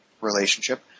relationship